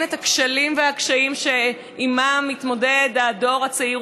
את הכשלים והקשיים שעימם מתמודד הדור הצעיר,